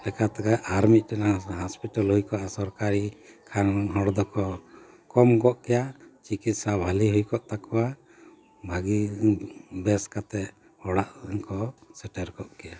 ᱪᱤᱠᱟᱹᱛᱮ ᱟᱨ ᱢᱤᱫᱴᱮᱱ ᱦᱚᱥᱯᱤᱴᱟᱞ ᱦᱩᱭ ᱠᱚᱜᱼᱟ ᱥᱚᱨᱠᱟᱨᱤ ᱠᱷᱟᱱ ᱦᱚᱲ ᱫᱚᱠᱚ ᱠᱚᱢᱠᱚᱜ ᱠᱮᱭᱟ ᱪᱤᱠᱤᱛᱥᱟ ᱵᱷᱟᱹᱞᱤ ᱦᱩᱭᱠᱚᱜ ᱛᱟᱠᱚᱣᱟ ᱵᱷᱟᱹᱜᱤ ᱵᱮᱥ ᱠᱟᱛᱮ ᱚᱲᱟᱜ ᱠᱚ ᱥᱮᱴᱮᱨ ᱠᱚᱜ ᱠᱮᱭᱟ